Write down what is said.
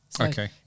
Okay